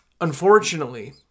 unfortunately